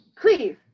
please